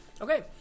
Okay